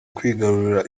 kwigarurira